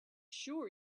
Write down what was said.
sure